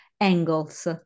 angles